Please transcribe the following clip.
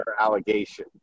allegation